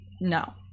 no